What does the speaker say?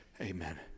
Amen